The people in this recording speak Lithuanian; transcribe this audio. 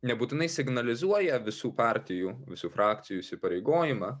nebūtinai signalizuoja visų partijų visų frakcijų įsipareigojimą